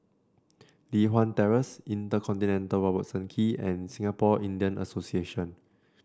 Li Hwan Terrace InterContinental Robertson Quay and Singapore Indian Association